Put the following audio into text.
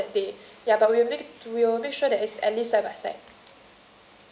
uh we change on that day ya but we will make we will make sure that is at least side by side